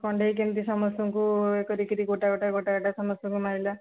କଣ୍ଢେଇ କେମିତି ସମସ୍ତଙ୍କୁ ଇଏ କରିକିରି ଗୋଟା ଗୋଟା ଗୋଟା ଗୋଟା ସମସ୍ତଙ୍କୁ ମାରିଲା